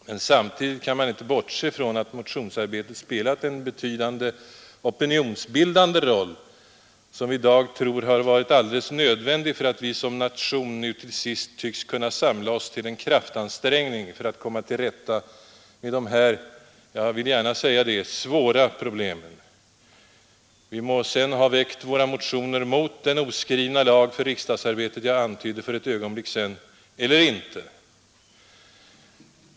Men samtidigt kan man inte bortse från att motionsarbetet spelat en betydande opinionsbildande roll, som vi i dag tror har varit alldeles nödvändig för att vi som nation nu till sist tycks kunna samla oss till en kraftansträngning för att komma till rätta med de här — jag vill gärna säga det — svåra problemen. Vi må sedan ha väckt våra motioner mot den oskrivna lag för riksdagsarbetet som jag antydde för ett ögonblick sedan eller inte!